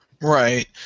Right